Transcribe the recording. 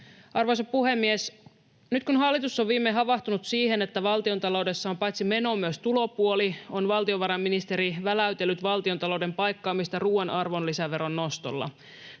Arvoisa puhemies! Nyt kun hallitus on viimein havahtunut siihen, että valtiontaloudessa on paitsi meno- myös tulopuoli, on valtiovarainministeri väläytellyt valtiontalouden paikkaamista ruuan arvonlisäveron nostolla.